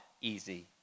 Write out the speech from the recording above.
easy